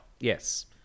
Yes